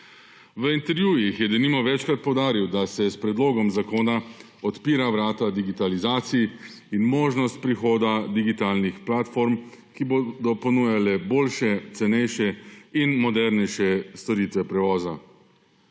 V intervjujih je, denimo, večkrat poudaril, da se s predlogom zakona odpira vrata digitalizaciji in možnost prihoda digitalnih platform, ki bodo ponujale boljše, cenejše in modernejše storitve prevoza.